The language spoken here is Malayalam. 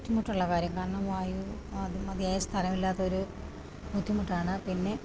ബുദ്ധിമുട്ടുള്ള കാര്യമാണ് മതിയായ സ്ഥലമില്ലാത്തവര് ബുദ്ധിമുട്ടാണ് പിന്നെ